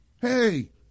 hey